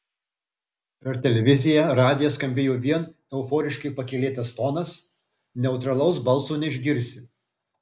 per televiziją radiją skambėjo vien euforiškai pakylėtas tonas neutralaus balso neišgirsi